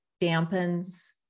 dampens